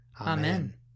Amen